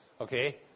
Okay